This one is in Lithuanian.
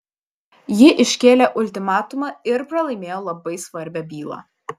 ji iškėlė ultimatumą ir pralaimėjo labai svarbią bylą